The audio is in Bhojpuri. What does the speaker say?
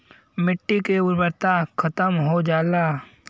मट्टी के उर्वरता खतम हो जाला